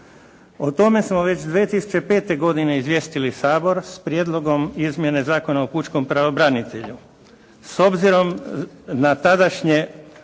O tome smo već 2005. godine izvijestili Sabor s prijedlogom izmjene Zakona o pučkom pravobranitelju. S obzirom na tadašnje